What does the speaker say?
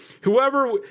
Whoever